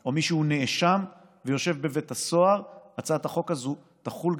או מי שהוא נאשם ויושב בבית הסוהר הצעת החוק הזו תחול,